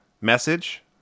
message